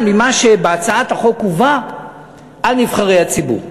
ממה שבהצעת החוק הובא על נבחרי הציבור,